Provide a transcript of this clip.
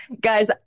guys